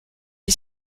est